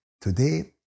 today